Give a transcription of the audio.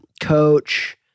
coach